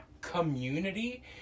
community